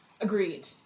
Agreed